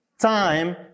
time